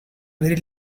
very